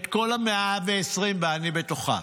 את כל ה-120, ואני בתוכם,